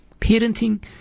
parenting